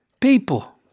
people